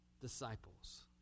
disciples